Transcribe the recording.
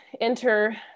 enter